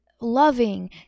loving